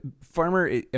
farmer